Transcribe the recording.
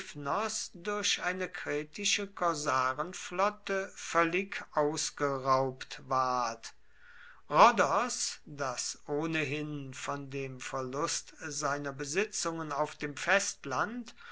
durch eine kretische korsarenflotte völlig ausgeraubt ward rhodos das ohnehin von dem verlust seiner besitzungen auf dem festland